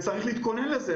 צריך להתכונן לזה.